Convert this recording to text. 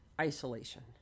isolation